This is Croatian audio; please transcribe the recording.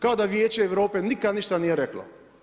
Kao da Vijeće Europe nikad ništa nije reklo.